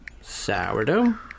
sourdough